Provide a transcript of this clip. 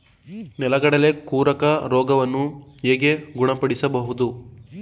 ನೆಲಗಡಲೆ ಕೊರಕ ರೋಗವನ್ನು ಹೇಗೆ ಗುಣಪಡಿಸಬಹುದು?